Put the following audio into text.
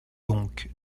donc